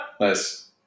nice